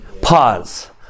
Pause